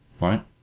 right